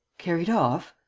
carried off?